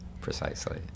precisely